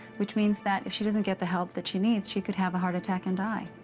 which means that if she doesn't get the help that she needs, she could have a heart attack and die.